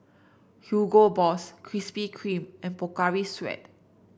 Hugo Boss Krispy Kreme and Pocari Sweat